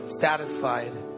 satisfied